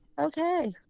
Okay